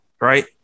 right